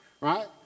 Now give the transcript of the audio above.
Right